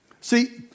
See